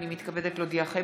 הינני מתכבדת להודיעכם,